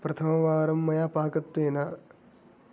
प्रथमवारं मया पाकत्वेन